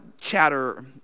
chatter